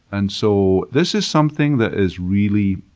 and so this is something that is really